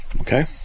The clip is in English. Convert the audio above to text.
Okay